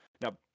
Now